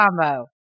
combo